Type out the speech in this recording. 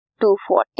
240